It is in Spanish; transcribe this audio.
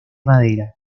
madera